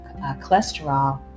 cholesterol